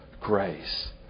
grace